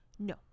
No